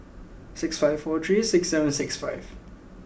six five four three six seven six five